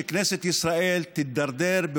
שכנסת ישראל תידרדר,